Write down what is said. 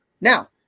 Now